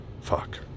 Fuck